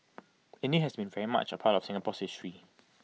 India has been very much A part of Singapore's history